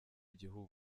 igihugu